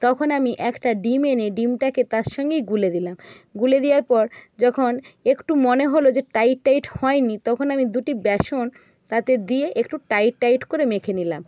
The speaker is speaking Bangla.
তখন আমি একটা ডিম এনে ডিমটাকে তার সঙ্গেই গুলে দিলাম গুলে দেওয়ার পর যখন একটু মনে হল যে টাইট টাইট হয় নি তখন আমি দুটি বেসন তাতে দিয়ে একটু টাইট টাইট করে মেখে নিলাম